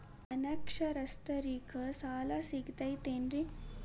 ಅನಕ್ಷರಸ್ಥರಿಗ ಸಾಲ ಸಿಗತೈತೇನ್ರಿ?